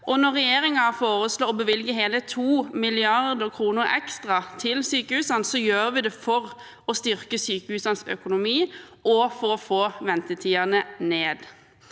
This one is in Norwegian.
Når regjeringen foreslår å bevilge hele 2 mrd. kr ekstra til sykehusene, gjør vi det for å styrke sykehusenes økonomi og for å få ventetidene ned.